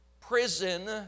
prison